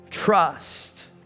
trust